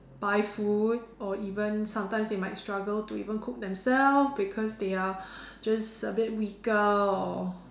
buy food or even sometimes they might struggle to even cook themselves because they are just a bit weaker or